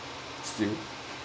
still